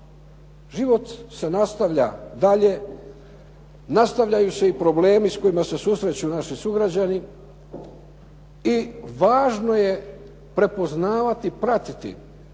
Život se nastavlja dalje. Nastavljaju se i problemi s kojima se susreću naši sugrađani i važno je prepoznavati i pratiti